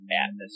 atmosphere